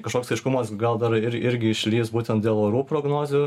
kažkoks aiškumas gal dar ir irgi išlįs būtent dėl orų prognozių